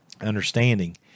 understanding